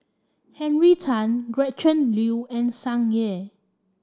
Henry Tan Gretchen Liu and Tsung Yeh